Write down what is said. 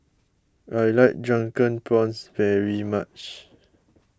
I like Drunken Prawns very much